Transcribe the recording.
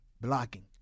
blocking